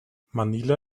manila